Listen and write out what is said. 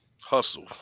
hustle